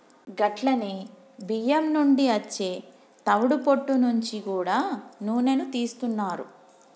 గట్లనే బియ్యం నుండి అచ్చే తవుడు పొట్టు నుంచి గూడా నూనెను తీస్తున్నారు